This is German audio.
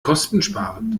kostensparend